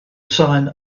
sign